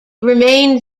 remained